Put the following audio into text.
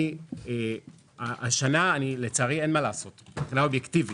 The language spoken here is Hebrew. השנה לצערי אין מה לעשות, אובייקטיבית.